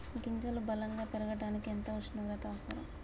గింజలు బలం గా పెరగడానికి ఎంత ఉష్ణోగ్రత అవసరం?